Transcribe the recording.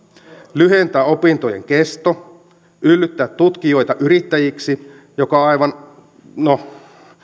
lyhentää opintojen kesto yllyttää tutkijoita yrittäjiksi mikä no